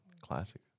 classic